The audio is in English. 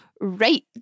Right